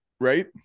Right